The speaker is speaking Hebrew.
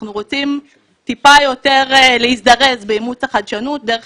אנחנו רוצים טיפה יותר להזדרז באימוץ החדשנות דרך